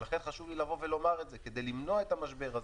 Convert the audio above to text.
ולכן חשוב לי לומר את זה, כדי למנוע את המשבר הזה.